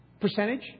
percentage